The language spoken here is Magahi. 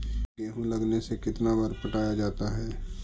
गेहूं लगने से कितना बार पटाया जाता है?